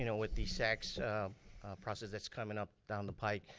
you know with the sacs process that's coming up down the pike,